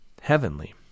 heavenly